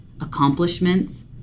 accomplishments